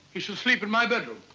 he shall sleep in my bedroom.